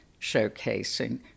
showcasing